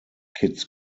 kids